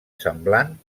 semblant